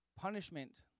punishment